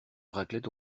raclette